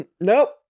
nope